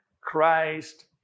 Christ